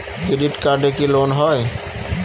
Credit কার্ডে কি loan হয়?